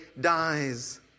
dies